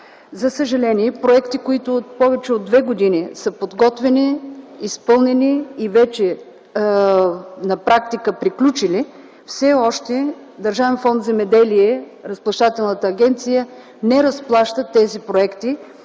За съжаление проекти, които повече от две години са подготвяни, изпълнени и вече на практика приключили, все още Държавен фонд „Земеделие”, Разплащателната агенция не разплаща тези проекти